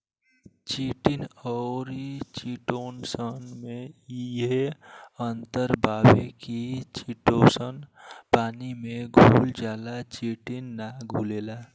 chitin अउरी chitosan में इहे अंतर बावे की चिटोसन पानी में घुल जाला चिटिन ना घुलेला